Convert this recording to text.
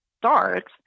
starts